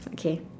okay